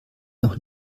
noch